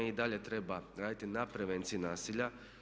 I dalje treba raditi na prevenciji nasilja.